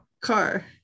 Car